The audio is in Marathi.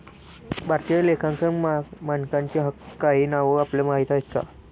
भारतीय लेखांकन मानकांची काही नावं आपल्याला माहीत आहेत का?